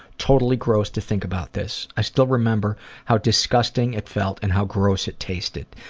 totally gross to think about this. i still remember how disgusting it felt and how gross it tasted.